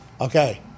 Okay